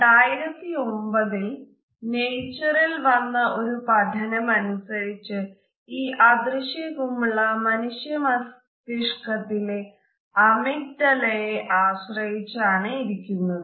2009 ൽ നേച്ചറിൽ വന്ന ഒരു പഠനം അനുസരിച് ഈ അദൃശ്യ കുമിള മനുഷ്യ മസ്തിഷ്കത്തിലെ അമിഗ്ദല യെ ആശ്രയിച്ചാണ് ഇരിക്കുന്നത്